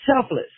selfless